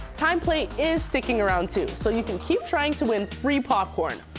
timeplay is sticking around too. so you can keep trying to win free popcorn,